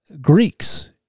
Greeks